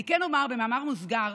אני כן אומר במאמר מוסגר